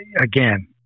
again